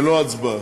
ללא הצבעה.